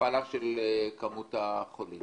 התנאים הם בעצם לא שווים.